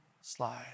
slide